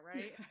Right